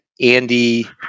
Andy